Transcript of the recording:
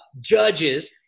Judges